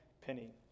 penny